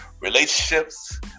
relationships